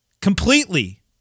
completely